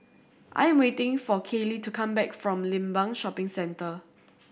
I'm waiting for Kayley to come back from Limbang Shopping Centre